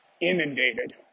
inundated